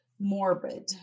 Morbid